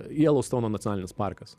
jeloustono nacionalinis parkas